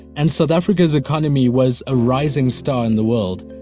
and south africa's economy was a rising star in the world.